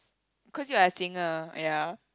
caused you are a singer ya